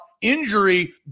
injury